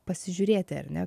pasižiūrėti ar ne